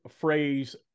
phrase